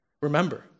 Remember